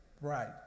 right